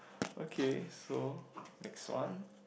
okay so next one